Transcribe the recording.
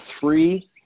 three